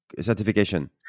certification